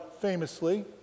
famously